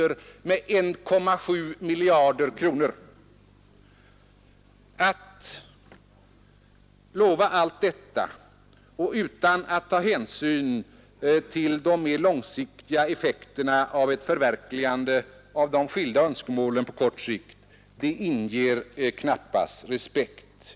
Vpk:s krav på studiemedel åt alla studerande i gymnasieskolan skulle, om man tog det på allvar, innebära att vi från nästa år finge öka statsbudgetens utgifter med 1,7 miljarder kronor.